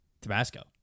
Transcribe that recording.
tabasco